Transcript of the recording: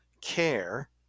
care